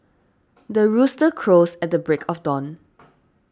the rooster crows at the break of dawn